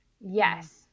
Yes